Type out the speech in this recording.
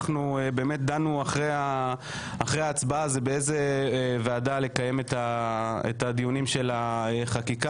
דנו אחרי ההצבעה על באיזה ועדה לקיים את הדיונים של החקיקה.